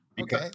Okay